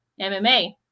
MMA